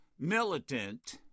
Militant